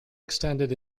extended